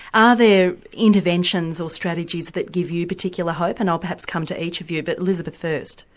are there interventions or strategies that give you particular hope and i'll perhaps come to each of you, but elizabeth first.